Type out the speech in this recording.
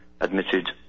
admitted